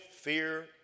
fear